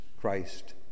Christ